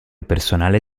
personale